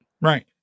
Right